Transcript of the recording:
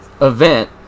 event